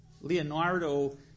Leonardo